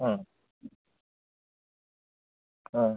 हाँ हाँ